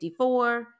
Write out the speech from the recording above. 54